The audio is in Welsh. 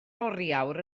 oriawr